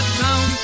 town